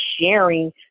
sharing